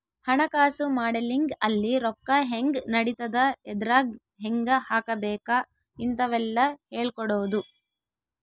ಹಣಕಾಸು ಮಾಡೆಲಿಂಗ್ ಅಲ್ಲಿ ರೊಕ್ಕ ಹೆಂಗ್ ನಡಿತದ ಎದ್ರಾಗ್ ಹೆಂಗ ಹಾಕಬೇಕ ಇಂತವೆಲ್ಲ ಹೇಳ್ಕೊಡೋದು